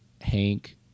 Hank